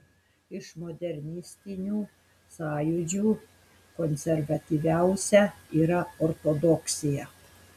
iš modernistinių sąjūdžių konservatyviausia yra ortodoksija